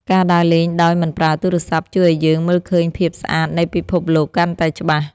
ការដើរលេងដោយមិនប្រើទូរស័ព្ទ ជួយឱ្យយើងមើលឃើញភាពស្អាតនៃពិភពលោកកាន់តែច្បាស់។